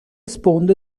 sponde